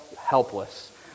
helpless